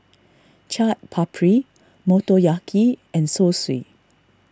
Chaat Papri Motoyaki and Zosui